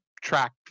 track